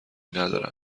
ندارند